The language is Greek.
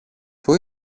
πού